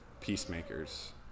peacemakers